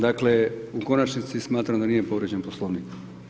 Dakle, u konačnici smatram da nije povrijeđen Poslovnik.